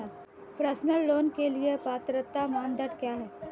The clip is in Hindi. पर्सनल लोंन के लिए पात्रता मानदंड क्या हैं?